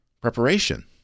preparation